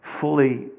fully